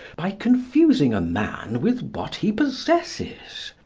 by confusing a man with what he possesses.